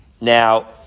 now